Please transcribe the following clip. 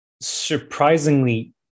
surprisingly